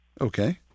Okay